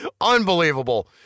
Unbelievable